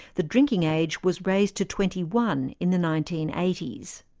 the drinking age was raised to twenty one in the nineteen eighty s.